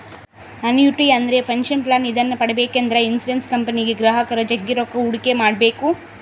annuity ಅಂದ್ರೆ pension plan ಇದನ್ನ ಪಡೆಬೇಕೆಂದ್ರ ಇನ್ಶುರೆನ್ಸ್ ಕಂಪನಿಗೆ ಗ್ರಾಹಕರು ಜಗ್ಗಿ ರೊಕ್ಕ ಹೂಡಿಕೆ ಮಾಡ್ಬೇಕು